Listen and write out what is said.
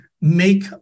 make